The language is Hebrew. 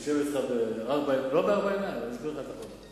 אני אשב אתך בארבע עיניים ואסביר לך את הכול.